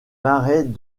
marais